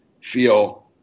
feel